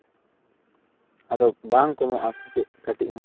ᱟᱫᱚ ᱵᱟᱝ ᱠᱚᱢᱚᱜᱼᱟ ᱥᱮ ᱪᱮᱫ ᱠᱟᱹᱴᱤᱡ ᱦᱚᱸ